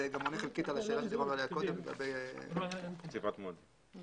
זה גם עונה חלקית על השאלה שדיברנו עליה קודם לגבי קציבת מועדים